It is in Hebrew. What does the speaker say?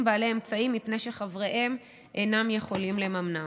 בעלי אמצעים מפני שחבריהם אינם יכולים לממנם.